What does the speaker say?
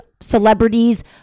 celebrities